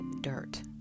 dirt